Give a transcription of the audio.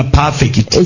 perfect